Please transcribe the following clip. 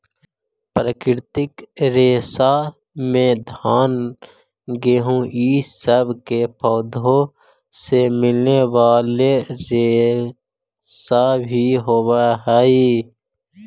प्राकृतिक रेशा में घान गेहूँ इ सब के पौधों से मिलने वाले रेशा भी होवेऽ हई